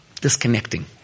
disconnecting